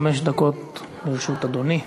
חמש דקות לרשות אדוני.